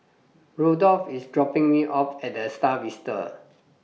Rudolf IS dropping Me off At The STAR Vista